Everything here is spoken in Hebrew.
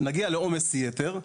נגיע לעומס יתר.